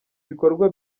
bikorwa